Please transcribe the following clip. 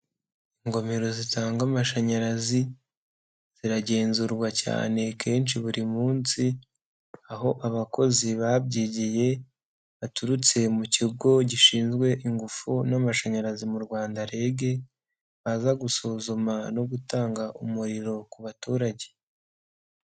Ingomero zitanga amashanyarazi ziragenzurwa cyane kenshi buri munsi, aho abakozi babyigiye baturutse mu kigo gishinzwe ingufu n'amashanyarazi mu Rwanda REG, baza gusuzuma no gutanga umuriro ku baturage.